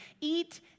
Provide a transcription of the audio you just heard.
eat